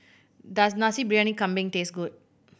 does Nasi Briyani Kambing taste good